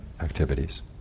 activities